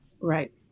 Right